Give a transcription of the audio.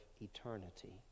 eternity